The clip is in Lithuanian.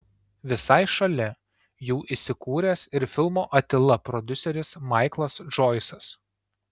visai šalia jų įsikūręs ir filmo atila prodiuseris maiklas džoisas